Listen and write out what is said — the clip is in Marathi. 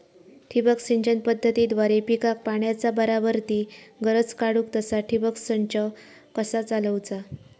ठिबक सिंचन पद्धतीद्वारे पिकाक पाण्याचा बराबर ती गरज काडूक तसा ठिबक संच कसा चालवुचा?